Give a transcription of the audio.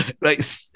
right